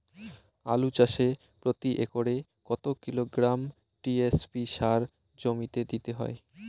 আলু চাষে প্রতি একরে কত কিলোগ্রাম টি.এস.পি সার জমিতে দিতে হয়?